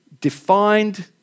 defined